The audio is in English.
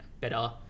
better